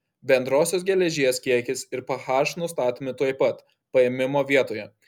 bendrosios geležies kiekis ir ph nustatomi tuoj pat paėmimo vietoje